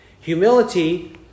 Humility